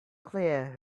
clear